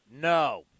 No